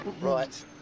Right